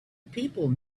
people